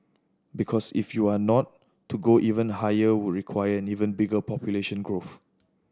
because if you are not to go even higher would require an even bigger population growth